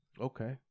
Okay